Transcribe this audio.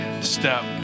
Step